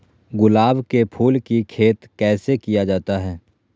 गुलाब के फूल की खेत कैसे किया जाता है?